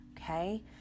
Okay